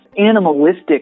animalistic